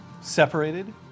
separated